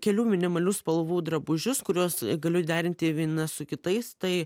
kelių minimalių spalvų drabužius kuriuos galiu derinti vieną su kitais tai